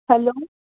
hello